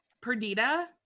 Perdita